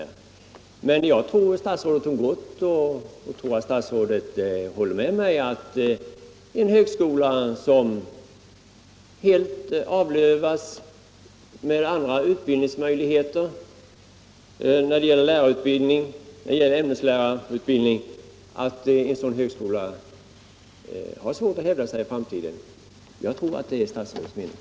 Nu tror jag emellertid fru statsrådet om gott och antar att hon håller med mig om att en högskola som avlövas helt när det gäller andra utbildningsmöjligheter, t.ex. lärarutbildning och ämneslärarutbildning, har svårt att hävda sig i framtiden. Det tror jag också är fru statsrådets mening.